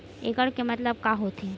एकड़ के मतलब का होथे?